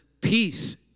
Peace